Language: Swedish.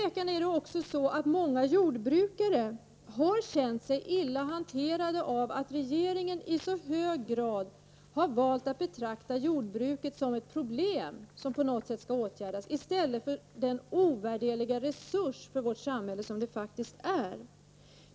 Utan tvivel har många jordbrukare känt sig illa hanterade av att regeringen i så hög grad har valt att betrakta jordbruket som ett problem som måste åtgärdas i stället för som den ovärderliga resurs för vårt samhälle som det faktiskt är.